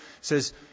says